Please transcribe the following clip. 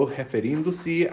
referindo-se